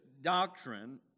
doctrine